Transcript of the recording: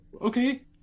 Okay